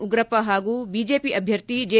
ಉಗ್ರಪ್ಪ ಹಾಗೂ ಬಿಜೆಪಿ ಅಭ್ವರ್ಥಿ ಜೆ